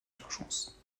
d’urgence